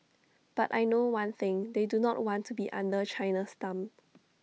but I know one thing they do not want to be under China's thumb